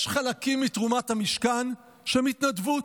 יש חלקים מתרומת המשכן שהם התנדבות,